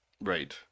Right